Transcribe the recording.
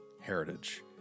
heritage